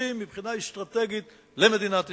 שחשובים מבחינה אסטרטגית למדינת ישראל.